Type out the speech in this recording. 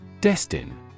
Destin